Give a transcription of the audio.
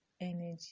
energy